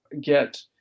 get